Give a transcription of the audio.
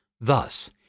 Thus